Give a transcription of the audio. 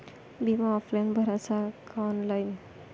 बिमा ऑफलाईन भराचा का ऑनलाईन?